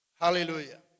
Hallelujah